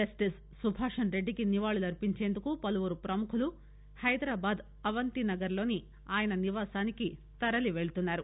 justice Subhashan రెడ్డికి నివాళులర్పించేందుకు పలువురు ప్రముఖులు హైదరాబాద్ అవంతి నగర్ లోని ఆయన నివాసానికి తరలి పెళ్తున్నారు